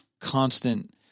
constant